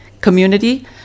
community